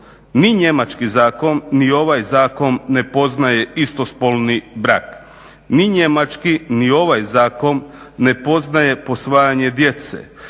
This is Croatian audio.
ni njemački zakon ni ovaj zakon ne poznaje istospolni brak, ni njemački ni ovaj zakon ne poznaje posvajanje djece,